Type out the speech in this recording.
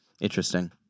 Interesting